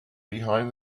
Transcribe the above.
behind